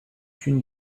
une